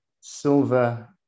silver